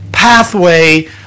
pathway